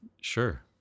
Sure